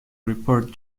report